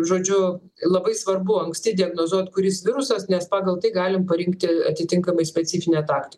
žodžiu labai svarbu anksti diagnozuoti kuris virusas nes pagal tai galim parinkti atitinkamai specifinę taktiką